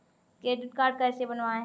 Credit card कैसे बनवाएँ?